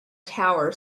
tower